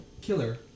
killer